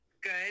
good